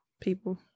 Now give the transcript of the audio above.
people